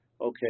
Okay